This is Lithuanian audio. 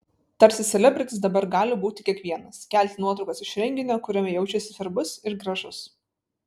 tarsi selebritis dabar gali būti kiekvienas kelti nuotraukas iš renginio kuriame jaučiasi svarbus ir gražus